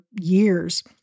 years